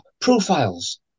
profiles